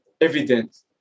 evidence